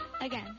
Again